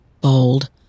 bold